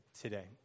today